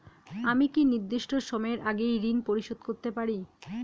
আমি কি নির্দিষ্ট সময়ের আগেই ঋন পরিশোধ করতে পারি?